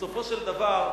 בסופו של דבר,